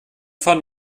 fahren